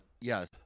Yes